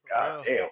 Goddamn